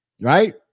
right